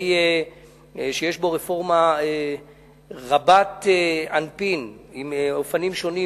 שיש בו רפורמה רבת-אנפין עם אופנים שונים,